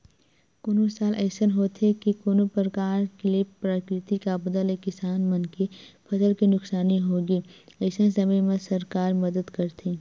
कोनो साल अइसन होथे के कोनो परकार ले प्राकृतिक आपदा ले किसान मन के फसल के नुकसानी होगे अइसन समे म सरकार मदद करथे